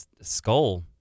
Skull